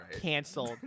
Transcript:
Canceled